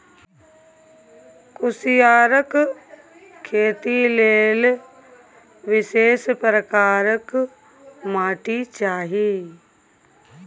कुसियारक खेती लेल विशेष प्रकारक माटि चाही